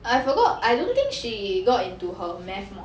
I forgot I don't think she got into her math mod